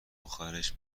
آخرش